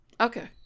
okay